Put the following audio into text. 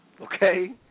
Okay